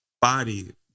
body